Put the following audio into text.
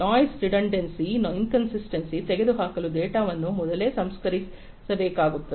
noise redundancy ಇಂಕನ್ಸಿಸ್ಟೆನ್ಸಿಯನ್ನು ತೆಗೆದುಹಾಕಲು ಡೇಟಾವನ್ನು ಮೊದಲೇ ಸಂಸ್ಕರಿಸಬೇಕಾಗುತ್ತದೆ